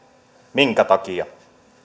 minkä takia